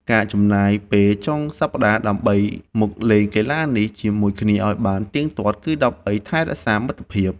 ការចំណាយពេលចុងសប្តាហ៍ដើម្បីមកលេងកីឡានេះជាមួយគ្នាឱ្យបានទៀងទាត់ គឺដើម្បីថែរក្សាមិត្តភាព។